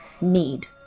need